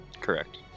Correct